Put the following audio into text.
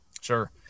Sure